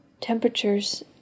Temperatures